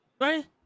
Right